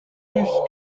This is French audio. plus